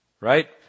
right